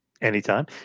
anytime